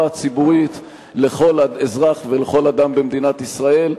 הציבורית לכל אזרח ולכל אדם במדינת ישראל.